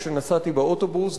כשנסעתי באוטובוס,